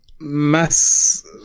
Mass